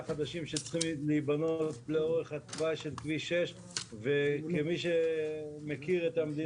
שהתחנה תפונה בסוף 2023. נותרו פחות מעשרה